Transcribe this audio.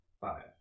Five